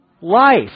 life